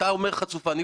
ומרורים יאכלוה.